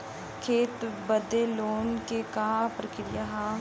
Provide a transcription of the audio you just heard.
खेती बदे लोन के का प्रक्रिया ह?